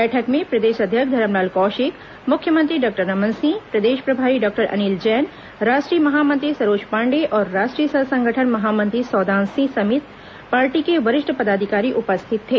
बैठक में प्रदेश अध्यक्ष धरमलाल कौशिक मुख्यमंत्री डॉक्टर रमन सिंह प्रदेश प्रभारी डॉक्टर अनिल जैन राष्ट्रीय महामंत्री सरोज पाण्डेय और राष्ट्रीय सह संगठन महामंत्री सौदान सिंह सहित पार्टी के वरिष्ठ पदाधिकारी उपस्थित थे